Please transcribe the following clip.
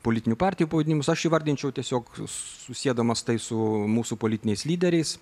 politinių partijų pavadinimus aš įvardinčiau tiesiog susiedamas tai su mūsų politiniais lyderiais